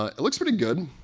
ah it looks pretty good.